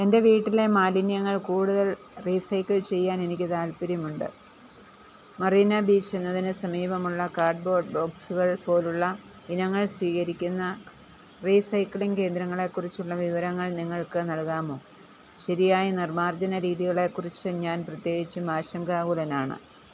എൻ്റെ വീട്ടിലെ മാലിന്യങ്ങൾ കൂടുതൽ റീസൈക്കിൾ ചെയ്യാൻ എനിക്ക് താൽപ്പര്യമുണ്ട് മറീന ബീച്ച് എന്നതിന് സമീപമുള്ള കാർഡ്ബോർഡ് ബോക്സുകൾ പോലുള്ള ഇനങ്ങൾ സ്വീകരിക്കുന്ന റീസൈക്ലിംഗ് കേന്ദ്രങ്ങളെക്കുറിച്ചുള്ള വിവരങ്ങൾ നിങ്ങൾക്ക് നൽകാമോ ശെരിയായ നിർമാർജന രീതികളെക്കുറിച്ച് ഞാൻ പ്രത്യേകിച്ചും ആശങ്കാകുലനാണ്